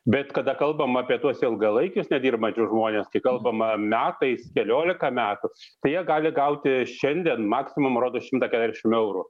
bet kada kalbam apie tuos ilgalaikius nedirbančius žmones tai kalbama metais keliolika metų tai jie gali gauti šiandien maksimum rodos šimtą keturiasdešim eurų